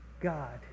God